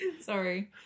Sorry